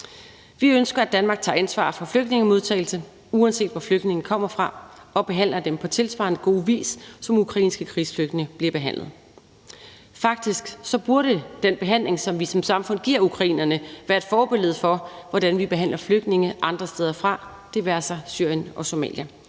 Vi ønsker, at Danmark tager ansvar for flygtningemodtagelse, uanset hvor flygtningene kommer fra, og behandler dem på tilsvarende gode vis, som ukrainske krigsflygtninge bliver behandlet. Faktisk burde den behandling, som vi som samfund giver ukrainerne, være et forbillede for, hvordan vi behandler flygtninge andre steder fra – det være sig Syrien og Somalia.